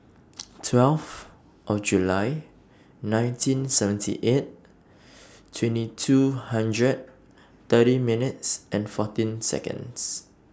twelve of July nineteen seventy eight twenty two hundred thirty minutes and fourteen Seconds